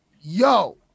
Yo